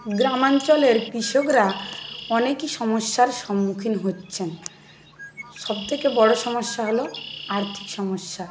গ্রামাঞ্চলের কৃষকরা অনেকই সমস্যার সম্মুখীন হচ্ছেন সবথেকে বড় সমস্যা হলো আর্থিক সমস্যা